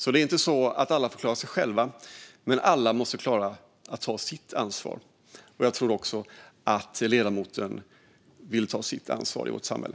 Så det är inte så att alla får klara sig själva. Men alla måste klara att ta sitt ansvar. Jag tror också att ledamoten vill ta sitt ansvar i vårt samhälle.